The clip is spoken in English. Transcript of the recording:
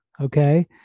Okay